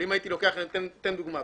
אני אתן דוגמה,